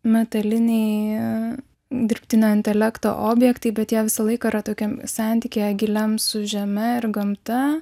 metaliniai dirbtinio intelekto objektai bet jie visą laiką yra tokiam santykyje giliam su žeme ir gamta